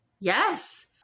Yes